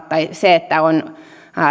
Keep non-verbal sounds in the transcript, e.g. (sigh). (unintelligible) tai se että on